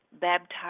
baptized